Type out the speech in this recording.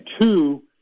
two